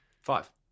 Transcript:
Five